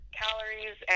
calories